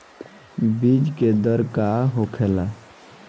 बीज के दर का होखेला?